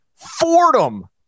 Fordham